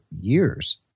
years